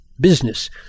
business